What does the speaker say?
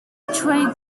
trade